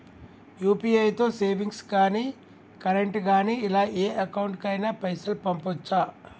UPI తో savings గాని current గాని ఇలా ఏ అకౌంట్ కైనా పైసల్ పంపొచ్చా?